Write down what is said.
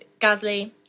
Gasly